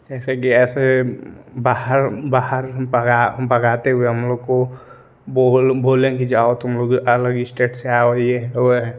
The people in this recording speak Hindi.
जैसे कि ऐसे बाहर बाहर बगाते हुए हम लोग को बोलें की जाओ तुम लोग अलग स्टेट से आओ ये है वो है